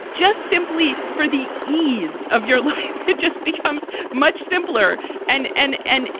just simply for the ease of your life. it just becomes much simpler and an end.